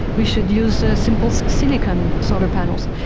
we should use ah simple silicon solar panels.